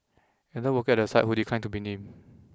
another worker at the site who declined to be named